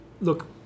look